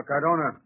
Cardona